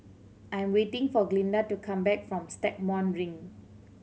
I'm waiting for Glinda to come back from Stagmont Ring